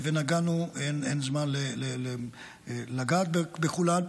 ואין זמן לגעת בכולן.